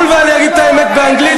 ואני אצא לחו"ל ואני אגיד את האמת באנגלית,